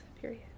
period